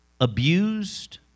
abused